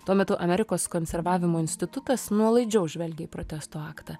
tuo metu amerikos konservavimo institutas nuolaidžiau žvelgia į protesto aktą